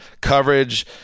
coverage